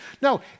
No